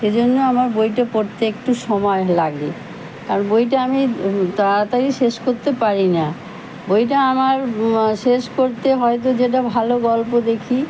সেই জন্য আমার বইটা পড়তে একটু সময় লাগে আর বইটা আমি তাড়াতাড়ি শেষ করতে পারি না বইটা আমার শেষ করতে হয়তো যেটা ভালো গল্প দেখি